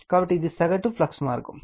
కాబట్టి ఇది సగటు ఫ్లక్స్ మార్గం